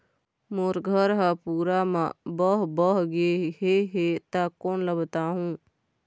मोर घर हा पूरा मा बह बह गे हे हे ता कोन ला बताहुं?